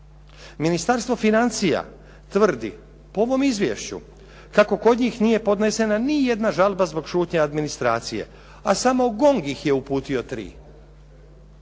Ministarstvo financija tvrdi, po ovom izvješću, kako kod njih nije podnesena ni jedna žalba zbog šutnje administracija, a samo GONG ih je uputio tri.